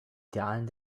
idealen